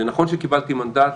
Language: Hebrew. זה נכון שקיבלתי מנדט,